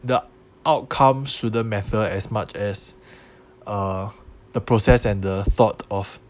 the outcome shouldn't matter as much as uh the process and the thought of